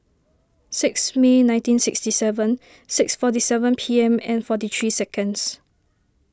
six May nineteen sixty seven six forty seven P M and forty three seconds